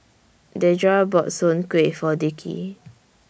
Dedra bought Soon Kuih For Dickie